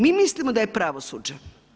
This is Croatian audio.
Mi mislimo da je pravosuđe.